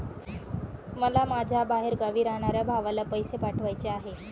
मला माझ्या बाहेरगावी राहणाऱ्या भावाला पैसे पाठवायचे आहे